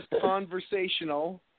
conversational